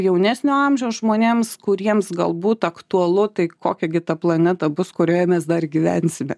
jaunesnio amžiaus žmonėms kuriems galbūt aktualu tai kokia gi ta planeta bus kurioje mes dar gyvensime